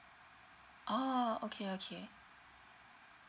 oh okay okay